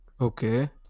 Okay